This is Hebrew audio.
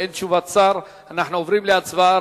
באין תשובת שר, אנחנו עוברים להצבעה.